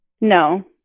No